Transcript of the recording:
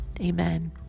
Amen